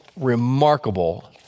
remarkable